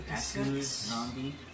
Zombie